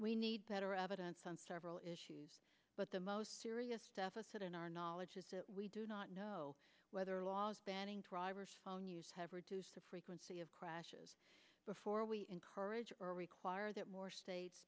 we need better evidence on several issues but the most serious deficit in our knowledge is that we do not know whether laws banning drivers have reduced the frequency of crashes before we encourage or require that more states